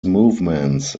movements